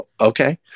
Okay